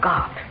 God